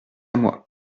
moi